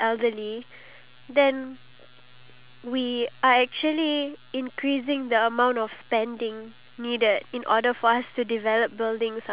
exactly like for example if you build a shopping mall you spend all your time thinking about the architecture like how you need ramps here and there but at the end of the day